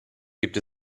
gibt